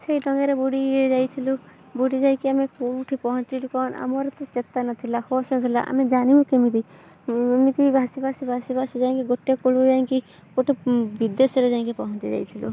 ସେଇ ଡଙ୍ଗାରେ ବୁଡ଼ି ଇଏ ଯାଇଥିଲୁ ବୁଡ଼ି ଯାଇକି ଆମେ କେଉଁଠି ପହଞ୍ଚିଲୁ କ'ଣ ଆମର ତ ଚେତା ନଥିଲା ହୋସ ଆସିଲା ଆମେ ଜାଣିବୁ କେମିତି ଏମିତି ଭାସି ଭାସି ଭାସି ଭାସି ଯାଇଁକି ଗୋଟେ କୂଳରୁ ଯାଇଁକି ଗୋଟେ ବିଦେଶରେ ଯାଇଁକି ପହଞ୍ଚି ଯାଇଥିଲୁ